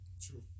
True